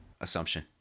Assumption